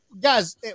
guys